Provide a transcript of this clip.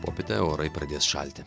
popietę orai pradės šalti